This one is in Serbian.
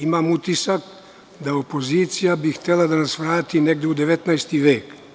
Imam utisak da bi opozicija htela da nas vrati negde u 19. vek.